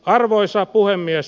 arvoisa puhemies